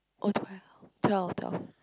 oh to hell twelve twelve